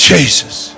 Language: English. Jesus